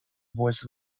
voice